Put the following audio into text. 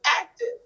active